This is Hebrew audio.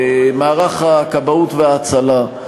מערך הכבאות וההצלה,